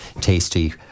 tasty